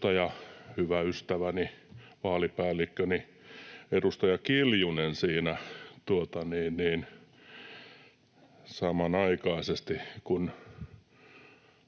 Tuo hyvä ystäväni, vaalipäällikköni, edustaja Kiljunen siinä samanaikaisesti, kun